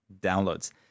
downloads